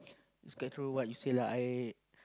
is quite true what you say lah I